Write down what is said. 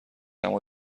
اما